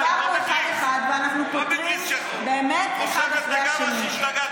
ועזרנו, אצלכם זה כמו לשתות קפה.